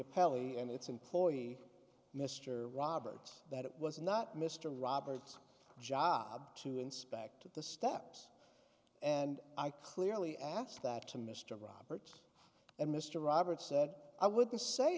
appellee and its employee mr roberts that it was not mr roberts job to inspect the steps and i clearly asked that to mr roberts and mr roberts said i would just say